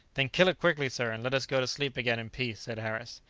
then kill it quickly, sir and let us go to sleep again in peace, said harris.